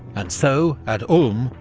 and so at ulm,